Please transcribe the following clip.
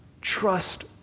Trust